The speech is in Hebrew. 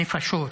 נפשות,